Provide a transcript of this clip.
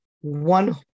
One